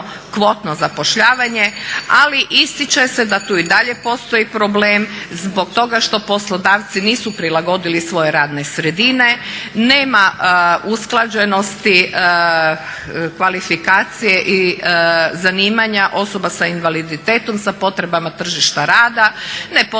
kvotno zapošljavanje, ali ističe se da tu i dalje postoji problem zbog toga što poslodavci nisu prilagodili svoje radne sredine, nema usklađenosti kvalifikacije i zanimanja osoba s invaliditetom sa potrebama tržišta rada, ne postoji